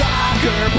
Soccer